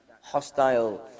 hostile